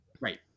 Right